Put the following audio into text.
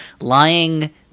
lying